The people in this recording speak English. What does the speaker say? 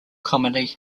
commonly